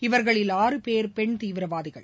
இவர்களில் ஆறு பேர் பெண் தீவிரவாதிகள்